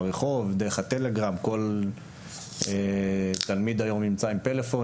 ברחוב ודרך הטלגרם כל תלמיד היום נמצא עם פלאפון,